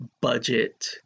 budget